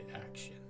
action